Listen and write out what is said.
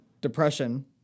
depression